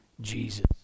Jesus